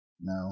No